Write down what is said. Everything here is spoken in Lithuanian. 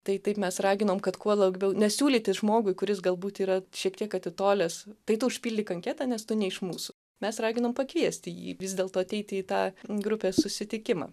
tai taip mes raginom kad kuo labiau nes siūlyti žmogui kuris galbūt yra šiek tiek atitolęs tai tu užpildyk anketą nes tu ne iš mūsų mes raginom pakviesti jį vis dėlto ateiti į tą grupės susitikimą